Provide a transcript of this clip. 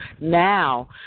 now